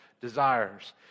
desires